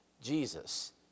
Jesus